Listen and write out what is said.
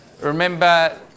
remember